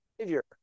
Savior